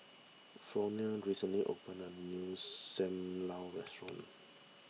Fronie recently opened a new Sam Lau restaurant